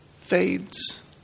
fades